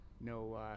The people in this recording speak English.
no